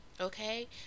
Okay